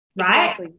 right